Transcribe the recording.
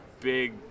big